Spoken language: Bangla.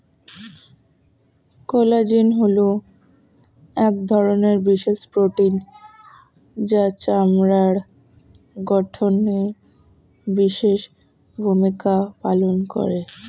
কোলাজেন হলো এক ধরনের বিশেষ প্রোটিন যা চামড়ার গঠনে বিশেষ ভূমিকা পালন করে